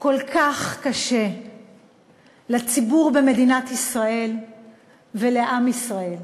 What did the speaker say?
כל כך קשה לציבור במדינת ישראל ולעם ישראל.